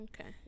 Okay